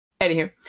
Anywho